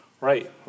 Right